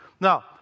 Now